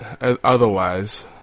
otherwise